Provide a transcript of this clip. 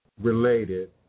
related